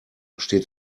steht